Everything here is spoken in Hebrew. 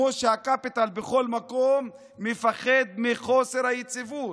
כמו שהקפיטל בכל מקום מפחד מחוסר היציבות.